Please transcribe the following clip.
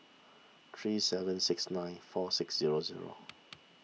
three seven six nine four six zero zero